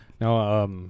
Now